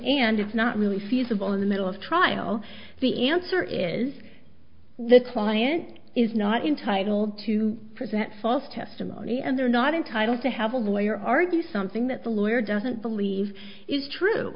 really feasible in the middle of trial the answer is the client is not entitled to present false testimony and they're not entitled to have a lawyer argue something that the lawyer doesn't believe is true